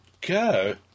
go